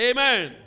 Amen